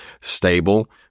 stable